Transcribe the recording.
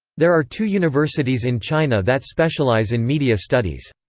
there are two universities in china that specialize in media studies.